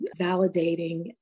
validating